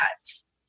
cuts